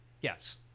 Yes